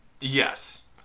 yes